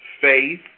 faith